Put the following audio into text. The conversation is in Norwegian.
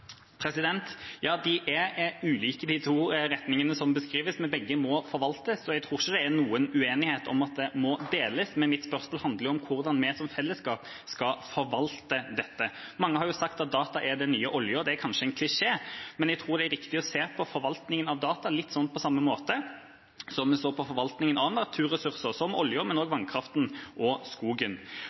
Ja, de er ulike, de to retningene som beskrives, men begge må forvaltes, og jeg tror ikke det er noen uenighet om at det må deles. Men mitt spørsmål handler om hvordan vi som fellesskap skal forvalte dette. Mange har sagt at data er den nye oljen. Det er kanskje en klisjé, men jeg tror det er viktig å se på forvaltningen av data litt på samme måte som vi så på forvaltningen av naturressurser, som oljen, men også vannkraften og skogen.